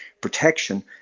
protection